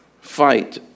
Fight